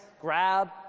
Grab